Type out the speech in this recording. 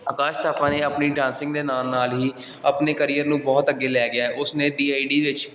ਆਕਾਸ਼ ਥਾਪਾ ਨੇ ਆਪਣੀ ਡਾਂਸਿੰਗ ਦੇ ਨਾਲ ਨਾਲ ਹੀ ਆਪਣੇ ਕਰੀਅਰ ਨੂੰ ਬਹੁਤ ਅੱਗੇ ਲੈ ਗਿਆ ਉਸ ਨੇ ਡੀ ਆਈ ਡੀ ਵਿੱਚ